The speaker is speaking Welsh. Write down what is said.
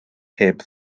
heb